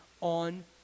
on